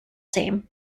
team